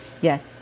Yes